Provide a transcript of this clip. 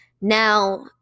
Now